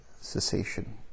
cessation